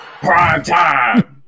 Primetime